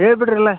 ಹೇಳಿಬಿಡಿರಲ್ಲ